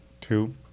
two